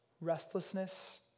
restlessness